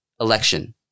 election